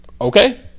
okay